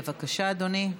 בבקשה, אדוני.